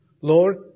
Lord